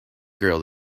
girl